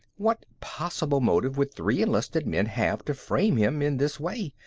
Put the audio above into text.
what possible motive would three enlisted men have to frame him in this way?